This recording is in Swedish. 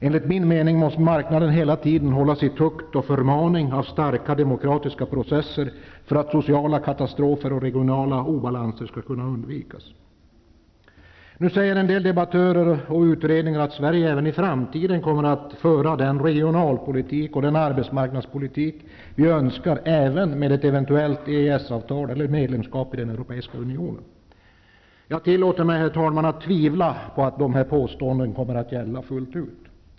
Enligt min mening måste marknaden hela tiden hållas i tukt och förmaning av starka demokratiska processer för att sociala katastrofer och regionala obalanser skall kunna undvikas. Nu säger en del debattörer och utredningar att Sverige i framtiden kommer att föra den regionalpolitik och den arbetsmarknadspolitik som vi önskar även med ett eventuellt EES-avtal eller medlemskap i Europeiska unionen. Jag tillåter mig, herr talman, att tvivla på att dessa påståenden kommer att gälla fullt ut.